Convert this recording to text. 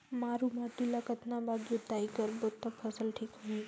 मारू माटी ला कतना बार जुताई करबो ता फसल ठीक होती?